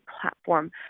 platform